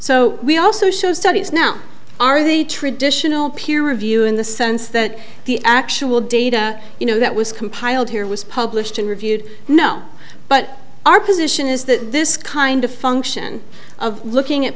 so we also show studies now are they traditional peer review in the sense that the actual data you know that was compiled here was published and reviewed no but our position is that this kind of function of looking at